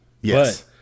yes